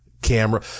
camera